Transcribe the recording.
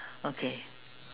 okay